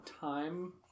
time